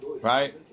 right